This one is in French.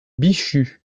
bichu